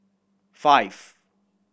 five